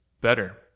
better